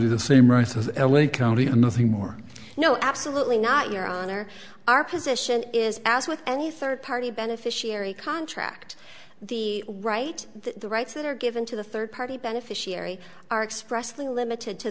county the same rights as the l a county and nothing more no absolutely not your honor our position is as with any third party beneficiary contract the right the rights that are given to the third party beneficiary are expressly limited to